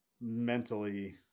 mentally